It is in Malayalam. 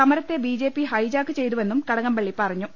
സമരത്തെ ബി ജെപി ഹൈജാക്ക് ചെയ്തുവെന്നും കടകംപളളി പറഞ്ഞു